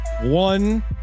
one